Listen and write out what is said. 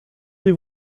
des